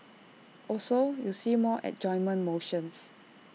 also you see more adjournment motions